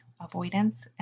avoidance